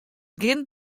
gjin